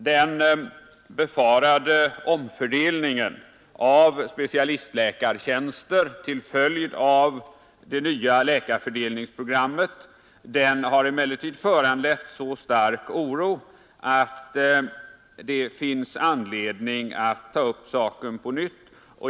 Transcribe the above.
Den befarade omfördelningen av specialistläkartjänster till följd av det nya läkarfördelningsprogrammet har emellertid föranlett så stark oro, att det finns anledning att ta upp saken på nytt.